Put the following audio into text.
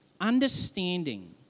understanding